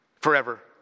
forever